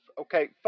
Okay